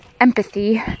empathy